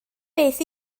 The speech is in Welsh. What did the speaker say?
beth